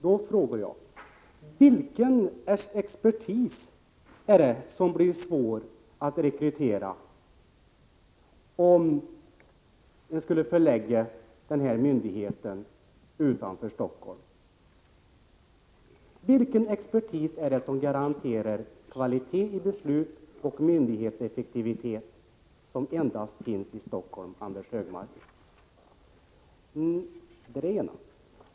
Då frågar jag: Vilken expertis är det som blir svår att rekrytera om man skulle förlägga myndigheten utanför Stockholm? Vilken expertis är det som garanterar kvalitet i beslut och myndighetseffektivitet som endast finns i Stockholm, Anders Högmark?